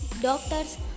doctors